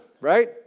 right